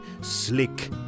slick